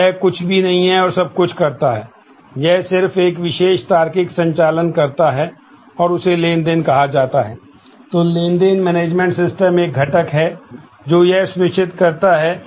तो यह कुछ भी नहीं और सब कुछ करता है यह सिर्फ एक विशेष तार्किक संचालन करता है और उसे लेनदेन कहा जाता है